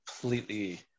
completely